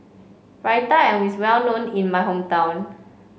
Raita is well known in my hometown